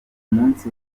munsi